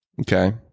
Okay